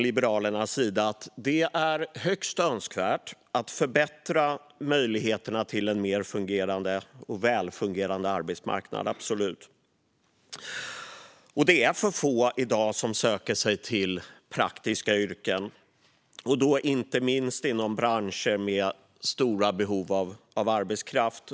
Liberalerna menar att det är högst önskvärt att förbättra möjligheterna för en mer fungerande och välfungerande arbetsmarknad. Det är i dag för få som söker sig till praktiska yrken, inte minst inom branscher med stora behov av arbetskraft.